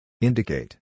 Indicate